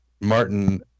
Martin